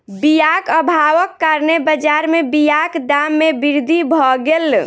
बीयाक अभावक कारणेँ बजार में बीयाक दाम में वृद्धि भअ गेल